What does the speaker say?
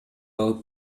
алып